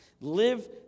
Live